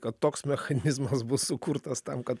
kad toks mechanizmas bus sukurtas tam kad